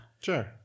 Sure